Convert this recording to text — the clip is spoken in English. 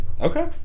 Okay